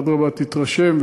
אדרבה, תתרשם.